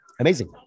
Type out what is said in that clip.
Amazing